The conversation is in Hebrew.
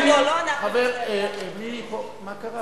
מה קרה?